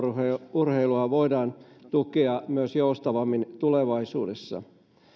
urheilua voidaan myös tukea joustavammin tulevaisuudessa